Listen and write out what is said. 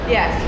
Yes